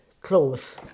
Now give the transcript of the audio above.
clothes